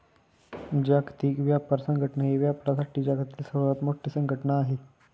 जागतिक व्यापार संघटना ही व्यापारासाठी जगातील सर्वात मोठी संघटना आहे